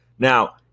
Now